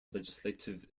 legislative